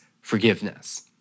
forgiveness